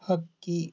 ಹಕ್ಕಿ